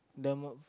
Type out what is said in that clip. the mo~